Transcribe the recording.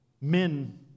Men